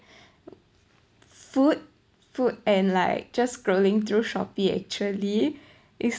food food and like just scrolling through Shopee actually is